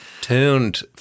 tuned